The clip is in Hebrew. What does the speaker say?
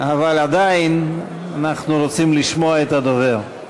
אבל עדיין אנחנו רוצים לשמוע את הדובר.